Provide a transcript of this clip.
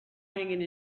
hanging